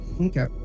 Okay